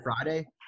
Friday